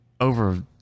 over